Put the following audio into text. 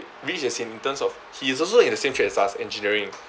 rich as in in terms of he is also in a same trade as us engineering